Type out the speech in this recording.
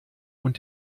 und